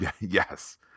Yes